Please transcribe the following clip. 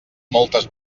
moltes